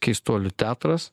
keistuolių teatras